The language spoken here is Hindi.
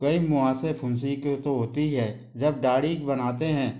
वही मुंहासे फुंसी के तो होती है जब दाढ़ी बनाते हैं